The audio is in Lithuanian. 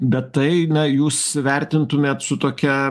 bet tai na jūs vertintumėt su tokia